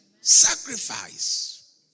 Sacrifice